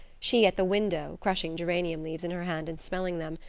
she at the window, crushing geranium leaves in her hand and smelling them,